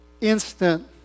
instant